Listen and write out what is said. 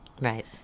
Right